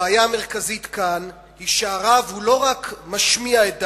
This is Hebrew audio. הבעיה המרכזית היא שהרב לא רק משמיע את דעתו,